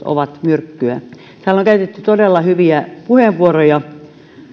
ovat myrkkyä täällä on käytetty todella hyviä puheenvuoroja